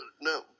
No